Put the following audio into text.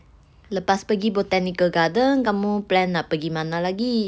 lepas pergi botanical gardens kamu plan nak pergi mana lagi